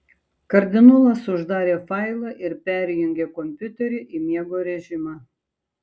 kardinolas uždarė failą ir perjungė kompiuterį į miego režimą